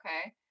okay